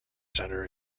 centre